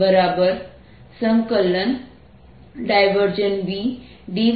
VdV સમાન હશે